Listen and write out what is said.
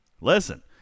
listen